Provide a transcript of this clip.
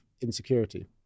insecurity